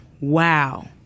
wow